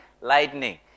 lightning